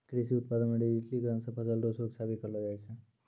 कृषि उत्पादन मे डिजिटिकरण से फसल रो सुरक्षा भी करलो जाय छै